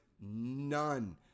none